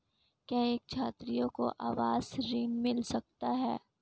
क्या एक छात्र को आवास ऋण मिल सकता है?